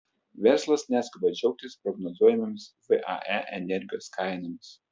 verslas neskuba džiaugtis prognozuojamomis vae energijos kainomis